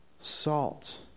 Salt